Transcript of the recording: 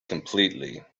completely